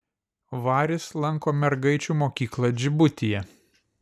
varis lanko mergaičių mokyklą džibutyje